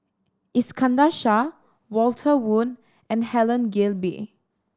Iskandar Shah Walter Woon and Helen Gilbey